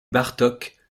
bartók